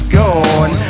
gone